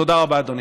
תודה רבה, אדוני.